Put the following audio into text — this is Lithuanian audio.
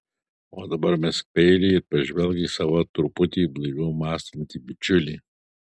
o dabar mesk peilį ir pažvelk į savo truputį blaiviau mąstantį bičiulį